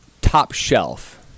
top-shelf